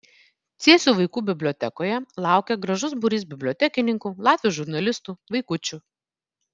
cėsių vaikų bibliotekoje laukė gražus būrys bibliotekininkų latvių žurnalistų vaikučių